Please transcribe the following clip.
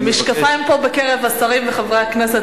המשקפיים פה בקרב השרים וחברי הכנסת,